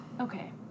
Okay